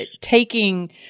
taking